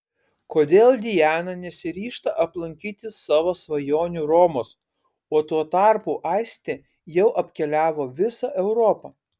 kodėl diana nesiryžta aplankyti savo svajonių romos o tuo tarpu aistė jau apkeliavo visą europą